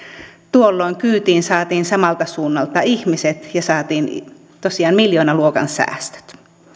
tuolloin kyytiin saatiin samalta suunnalta ihmiset ja saatiin tosiaan miljoonaluokan säästöt